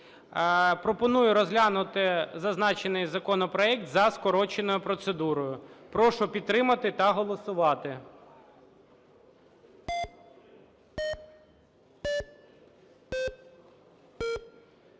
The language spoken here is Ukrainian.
Пропоную розглянути зазначений законопроект за скороченою процедурою. Прошу підтримати та голосувати.